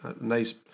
nice